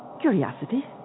Curiosity